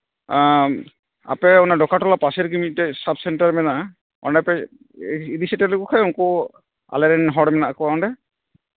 ᱟᱯᱮ ᱚᱱᱟ ᱰᱚᱠᱟ ᱴᱚᱞᱟ ᱯᱟᱥᱮ ᱨᱮᱜᱮ ᱢᱤᱫᱴᱮᱡ ᱥᱟᱵᱼᱥᱮᱱᱴᱟᱨ ᱢᱮᱱᱟᱜᱼᱟ ᱚᱸᱰᱮ ᱯᱮ ᱤᱫᱤ ᱥᱮᱴᱮᱨ ᱞᱮᱠᱚ ᱠᱷᱟᱡ ᱩᱱᱠᱩ ᱟᱞᱮ ᱨᱮᱱ ᱦᱚᱲ ᱢᱮᱱᱟᱜ ᱠᱚᱣᱟ ᱚᱸᱰᱮ